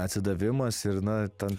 atsidavimas ir na ten